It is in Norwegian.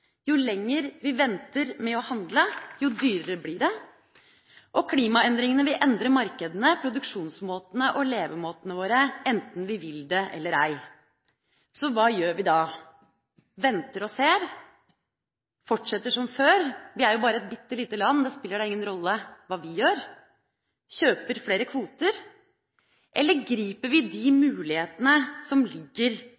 Jo lenger vi venter med å handle, jo dyrere blir det, og klimaendringene vil endre markedene våre, produksjonsmåtene våre og levemåten vår, enten vi vil det eller ei. Så hva gjør vi da? Venter vi og ser, fortsetter vi som før – vi er jo bare et bitte lite land, det spiller da ingen rolle hva vi gjør – kjøper vi flere kvoter, eller griper vi de